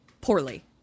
Poorly